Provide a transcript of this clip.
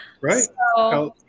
Right